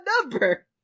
number